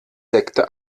sekte